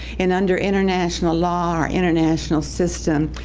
and under international law or international system,